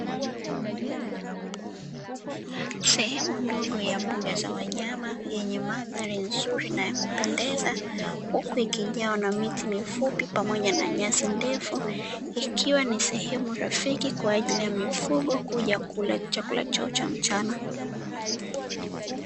Sehemu ndogo ya mbuga za wanyama yenye mandhari nzuri na ya kupendeza, huku ikijawa na miti mifupi pamoja na nyasi ndefu; ikiwa ni sehemu rafiki kwa ajili ya mifugo kuja kula chakula chao cha mchana.